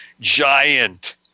giant